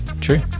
true